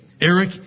Eric